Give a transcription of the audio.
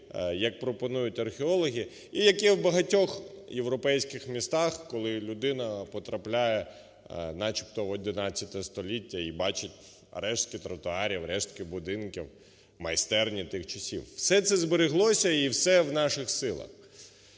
як пропонують археологи, і як є в багатьох європейських містах, коли людина потрапляє начебто в ХІ століття і бачить рештки тротуарів, решти будинків, майстерні тих часів. Все це збереглося і все в наших силах.